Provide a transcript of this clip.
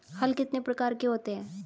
हल कितने प्रकार के होते हैं?